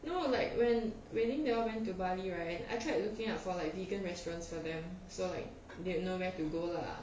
no like when wei ling they all went to bali right I tried looking out for like vegan restaurants for them so like they know where to go lah